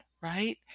right